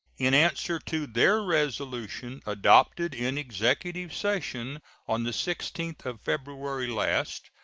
in answer to their resolution adopted in executive session on the sixteenth of february last,